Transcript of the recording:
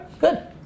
good